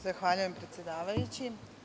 Zahvaljujem, predsedavajući.